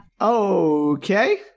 Okay